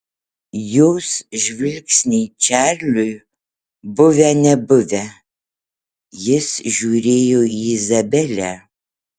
jos žvilgsniai čarliui buvę nebuvę jis žiūrėjo į izabelę